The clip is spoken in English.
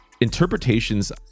interpretations